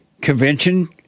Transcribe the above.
Convention